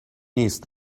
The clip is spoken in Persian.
نیست